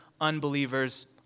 unbelievers